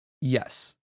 yes